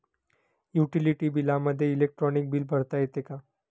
Utility बिलामध्ये electronic bill भरता येते का?